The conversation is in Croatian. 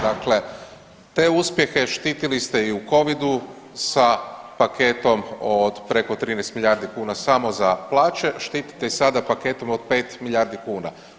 Dakle, te uspjehe štitili ste i u Covidu sa paketom od preko 13 milijardi kuna samo za plaće, štitite i sada paketom od 5 milijardi kuna.